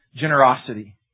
generosity